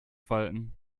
falten